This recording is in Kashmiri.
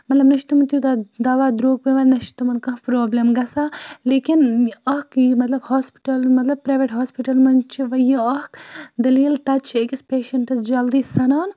مطلب نہ چھِ تِمَن تیوٗتاہ دَوا درٛوٚگ پٮ۪وان نہ چھِ تِمَن کانٛہہ پرٛابلِم گَژھان لیکِن اَکھ یہِ مطلب ہاسپِٹَل مطلب پرٛایویٹ ہاسپِٹَلَن منٛز چھِ وۄنۍ یہِ اَکھ دٔلیٖل تَتہِ چھِ أکِس پیشَنٹَس جلدی سَنان